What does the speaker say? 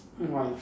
uh why